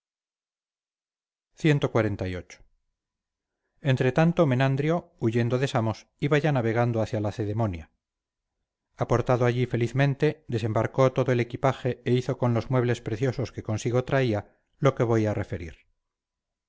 templos cxlviii entretanto menandrio huyendo de samos iba ya navegando hacia lacedemonia aportado allí felizmente desembarcó todo el equipaje e hizo con los muebles preciosos que consigo traía lo que voy a referir